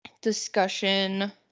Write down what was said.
discussion